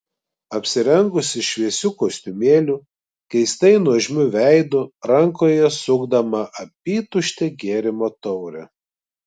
apsirengusi šviesiu kostiumėliu keistai nuožmiu veidu rankoje sukdama apytuštę gėrimo taurę